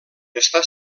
està